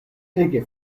ege